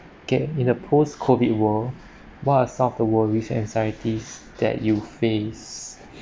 okay in the post COVID world what are some of the worries and anxieties that you face